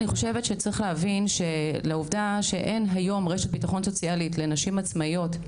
צריך להבין שלעובדה שאין היום רשת ביטחון סוציאלית לנשים עצמאיות,